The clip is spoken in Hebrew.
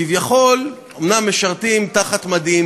כביכול אומנם משרתים במדים,